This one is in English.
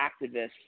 activists